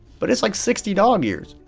but it's like sixty dog years.